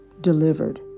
delivered